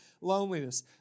loneliness